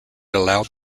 allowed